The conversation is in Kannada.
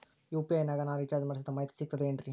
ಯು.ಪಿ.ಐ ನಾಗ ನಾ ರಿಚಾರ್ಜ್ ಮಾಡಿಸಿದ ಮಾಹಿತಿ ಸಿಕ್ತದೆ ಏನ್ರಿ?